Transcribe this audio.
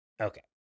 Okay